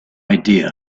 idea